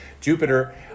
Jupiter